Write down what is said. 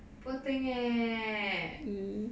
poor thing eh